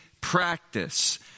practice